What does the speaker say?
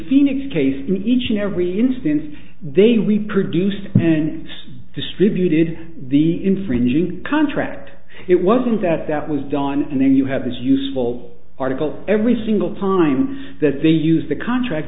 phoenix case in each and every instance they reproduced and distributed the infringing contract it wasn't that that was done and then you have these useful article every single time that they use the contract